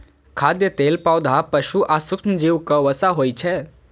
खाद्य तेल पौधा, पशु आ सूक्ष्मजीवक वसा होइ छै